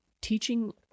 teaching